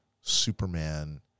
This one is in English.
Superman